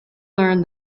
learn